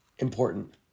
Important